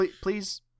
Please